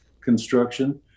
construction